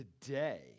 today